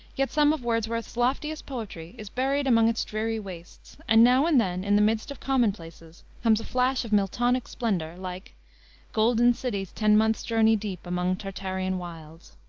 yet some of wordsworth's loftiest poetry is buried among its dreary wastes, and now and then, in the midst of commonplaces, comes a flash of miltonic splendor like golden cities ten months' journey deep among tartarian wilds.